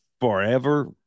forever